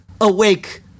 Awake